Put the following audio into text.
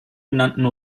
benannten